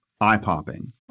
eye-popping